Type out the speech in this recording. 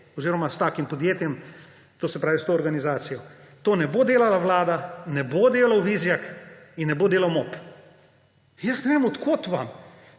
oziroma s takim podjetjem, to se pravi s to organizacijo. To ne bo delala Vlada, ne bo delal Vizjak in ne bo delal MOP. Ne vem, od kod vam